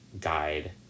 guide